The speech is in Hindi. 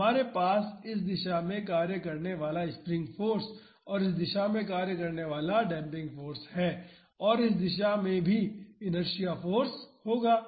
तो हमारे पास इस दिशा में कार्य करने वाला स्प्रिंग फाॅर्स और इस दिशा में कार्य करने वाला डेम्पिंग फाॅर्स है और इस दिशा में भी इनर्शिआ फाॅर्स होगा